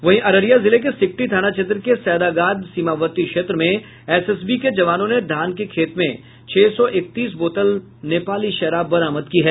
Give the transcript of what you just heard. वहीं अररिया जिले के सिकटी थाना क्षेत्र के सैदाबाद सीमावर्ती क्षेत्र मे एसएसबी के जवानों ने धान के खेत से छह सौ इकतीस बोतल नेपाली शराब बरामद की है